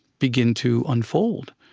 begin to unfold,